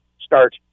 start